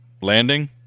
Landing